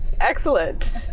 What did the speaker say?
Excellent